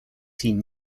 team